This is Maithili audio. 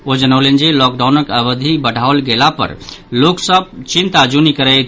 ओ जनौलनि जे लॉकडाउनक अवधि बढ़ाओल गेला पर लोक सभ चिंता जुनि करैथ